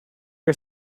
you